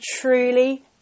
truly